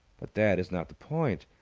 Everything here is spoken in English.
but that is not the point.